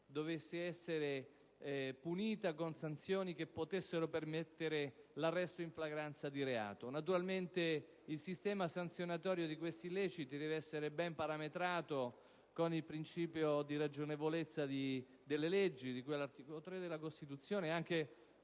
dovrebbe essere punita con sanzioni che possano permettere l'arresto in flagranza di reato. Naturalmente il sistema sanzionatorio di questi illeciti deve essere ben parametrato con il principio di ragionevolezza delle leggi di cui all'articolo 3 della Costituzione e anche